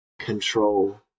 control